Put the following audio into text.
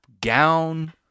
gown